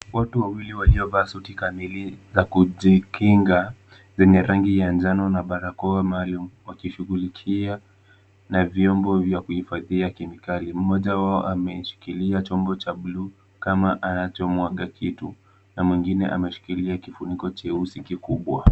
Watu wawili waliovaa suti kamili za kujikinga, zenye rangi ya njano na barakoa maalum, na viungo vya kuhifadhia kemikali. Mmoja wao ameshikilia chombo cha bluu kama anamwaga kitu. Na mwingine ameshikilia kifuniko cheusi kikubwa.